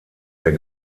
der